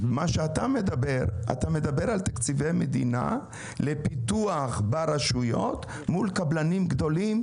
אתה מדבר על תקציבי מדינה לפיתוח ברשויות מול קבלנים גדולים,